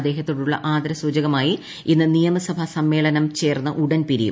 അദ്ദേഹത്തോടുള്ള ആദരസൂചകമായി ഇന്ന് നിയമസഭാ സമ്മേളനം ചേർന്ന് ഉടൻ പിരിയും